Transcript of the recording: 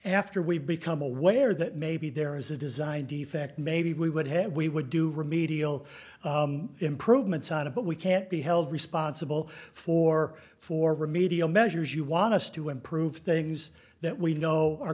after we become aware that maybe there is a design defect maybe we would have we would do remedial improvements on it but we can't be held responsible for for remedial measures you want us to improve things that we know are